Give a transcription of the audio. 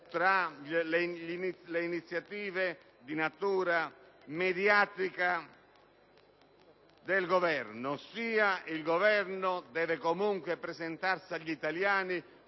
tra le iniziative di natura mediatica del Governo, che deve comunque presentarsi agli italiani